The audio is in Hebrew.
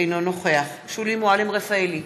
אינו נוכח שולי מועלם-רפאלי,